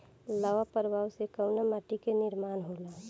लावा क प्रवाह से कउना माटी क निर्माण होला?